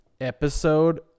episode